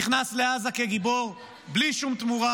נכנס לעזה כגיבור בלי שום תמורה.